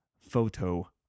photo